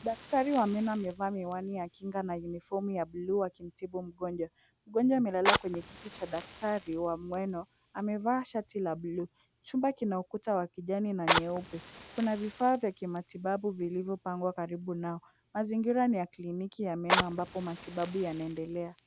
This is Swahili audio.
Daktari wa meno amevaa miwani ya kinga na unifomu ya buluu akimtibu mgonjwa. Mgonjwa amelala kwenye kiti cha daktari wa meno. Amevaa shati la buluu. Chumba kina ukuta wa kijani na nyeupe. Kuna vifaa vya kimatibabu vilivyopangwa karibu nao. Mazingira ni ya kliniki ya meno ambapo matibabu yanaendelea.